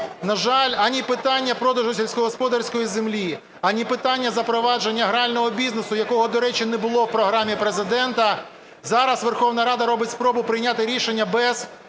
На жаль, ані питання продажу сільськогосподарської землі, ані питання запровадження грального бізнесу, якого, до речі, не було в програмі Президента, зараз Верховна Рада робить спробу прийняти рішення без